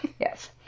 Yes